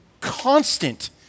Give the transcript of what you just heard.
constant